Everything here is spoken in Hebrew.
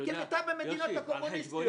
כמיטב המדינות הקומוניסטיות.